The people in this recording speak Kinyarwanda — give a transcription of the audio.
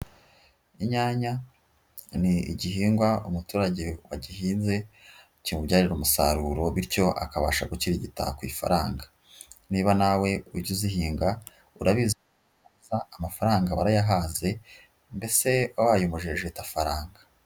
Inyanya, ni igihingwa umuturage wagihinze, kimubyarira umusaruro bityo akabasha gukirigita ku ifaranga. Niba nawe ujya uzihinga, urabizi neza, amafaranga warayahaze. Mbese wabaye umujejetafaranga.